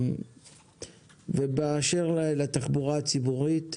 באשר לתחבורה הציבורית,